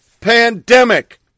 pandemic